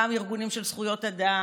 גם ארגונים של זכויות אדם,